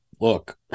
look